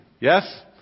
yes